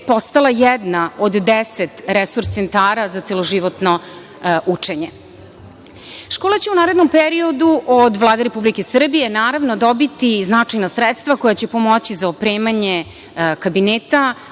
postala jedna od deset resor centara za celoživotno učenje. Škola će u narednom periodu od Vlade Republike Srbije dobiti značajna sredstva koja će pomoći za opremanje kabineta,